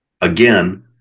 Again